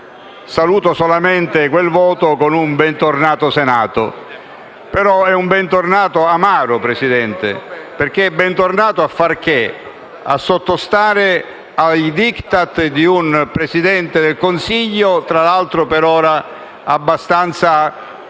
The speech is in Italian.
Saluto solamente quel voto con un «ben tornato, Senato»; ma è un ben tornato amaro, Presidente, perché è tornato a fare che? A sottostare ai *Diktat* di un Presidente del Consiglio, tra l'altro per ora abbastanza scombussolato